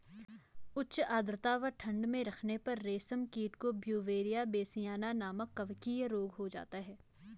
उच्च आद्रता व ठंड में रखने पर रेशम कीट को ब्यूवेरिया बेसियाना नमक कवकीय रोग हो जाता है